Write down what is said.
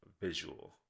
visual